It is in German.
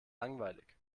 langweilig